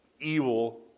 evil